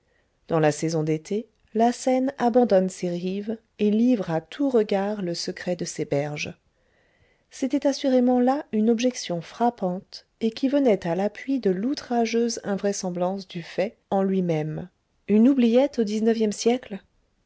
dans la saison d'été la seine abandonne ses rives et livre à tous regards le secret de ses berges c'était assurément là une objection frappante et qui venait à l'appui de l'outrageuse invraisemblance du fait en lui-même une oubliette au dix-neuvième siècle